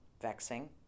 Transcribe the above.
vexing